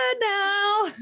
now